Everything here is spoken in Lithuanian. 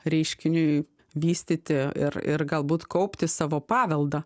reiškiniui vystyti ir ir galbūt kaupti savo paveldą